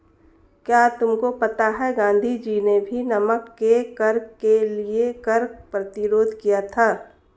क्या तुमको पता है गांधी जी ने भी नमक के कर के लिए कर प्रतिरोध किया था